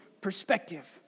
perspective